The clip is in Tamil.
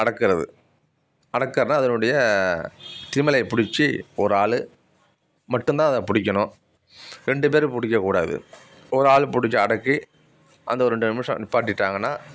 அடக்கிறது அடக்கிறதுனா அதனுடைய திமிலை பிடிச்சி ஒரு ஆள் மட்டும்தான் அதை பிடிக்கணும் ரெண்டு பேர் பிடிக்க கூடாது ஒரு ஆள் பிடிச்சு அடக்கி அந்த ஒரு ரெண்டு நிமிஷம் நிற்பாட்டிட்டாங்கனா